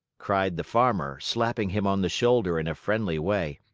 cried the farmer, slapping him on the shoulder in a friendly way.